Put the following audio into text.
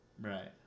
Right